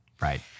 Right